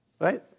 Right